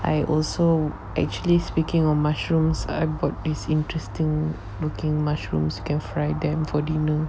I also actually speaking of mushrooms I bought this interesting looking mushrooms you can fry them for dinner